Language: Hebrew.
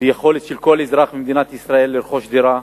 ביכולת של כל אזרח במדינת ישראל לרכוש דירה,